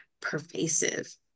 pervasive